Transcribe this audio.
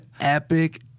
epic